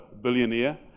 billionaire